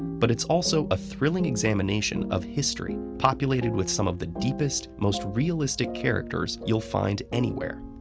but it's also a thrilling examination of history, populated with some of the deepest, most realistic characters you'll find anywhere.